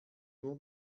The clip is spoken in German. nur